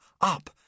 up